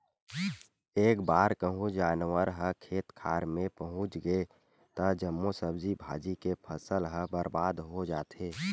एक बार कहूँ जानवर ह खेत खार मे पहुच गे त जम्मो सब्जी भाजी के फसल ह बरबाद हो जाथे